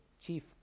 chief